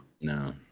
No